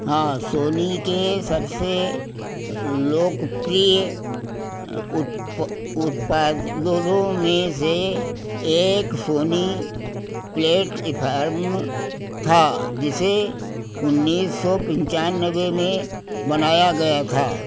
हाँ सोनी के सबसे लोकप्रिय उत उत उत्पादनों में से एक सोनी प्लेटेफरम था जिसे उन्नीस सौ पंचानवे में बनाया गया था